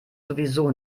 sowieso